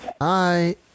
Hi